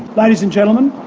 ladies and gentlemen,